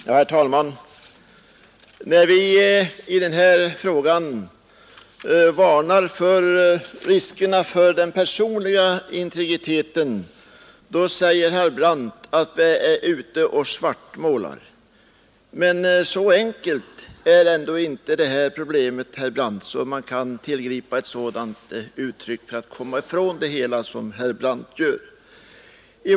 Herr talman! När vi här varnar för riskerna för den personliga integriteten säger herr Brandt att vi är ute och svartmålar. Men så enkelt är inte detta problem, herr Brandt, att man kan tillgripa ett sådant uttryck för att komma ifrån svårigheterna.